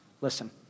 Listen